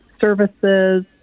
services